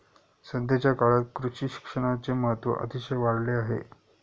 सध्याच्या काळात कृषी शिक्षणाचे महत्त्व अतिशय वाढले आहे